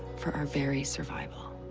for our very survival.